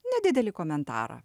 nedidelį komentarą